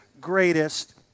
greatest